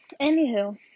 anywho